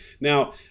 Now